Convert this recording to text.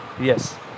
Yes